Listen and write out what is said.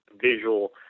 visual